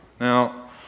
Now